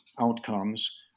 outcomes—